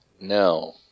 No